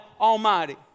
Almighty